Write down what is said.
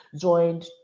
joined